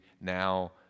now